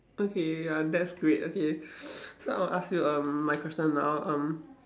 okay ya that's great okay so I'll ask you um my question now um